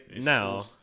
now